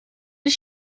ich